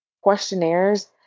questionnaires